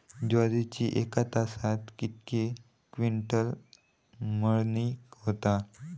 ज्वारीची एका तासात कितके क्विंटल मळणी होता?